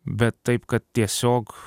bet taip kad tiesiog